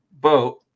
boat